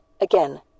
Again